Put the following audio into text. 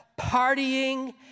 partying